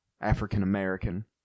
African-American